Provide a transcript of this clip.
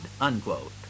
Unquote